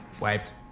wiped